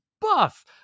buff